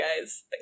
guys